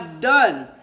done